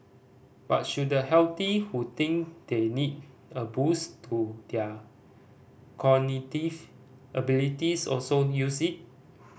but should the healthy who think they need a boost to their cognitive abilities also use it